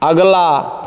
अगला